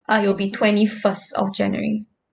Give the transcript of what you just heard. uh it will be twenty first of january